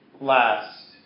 last